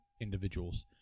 individuals